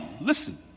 listen